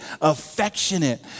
affectionate